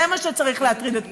זה מה שצריך להטריד את כולנו,